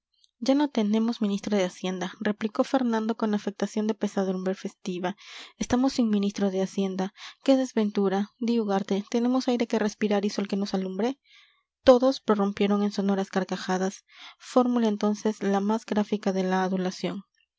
ya no tenemos ministro de hacienda replicó fernando con afectación de pesadumbre festiva estamos sin ministro de hacienda qué desventura di ugarte tenemos aire que respirar y sol que nos alumbre todos prorrumpieron en sonoras carcajadas fórmula entonces la más gráfica de la adulación